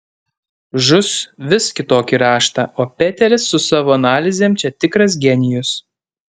žus vis kitokį raštą o peteris su savo analizėm čia tikras genijus